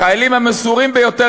החיילים המסורים ביותר,